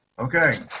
okay.